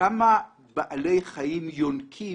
כמה בעלי חיים יונקים,